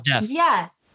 yes